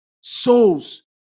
souls